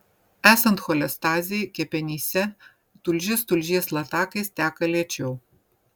esant cholestazei kepenyse tulžis tulžies latakais teka lėčiau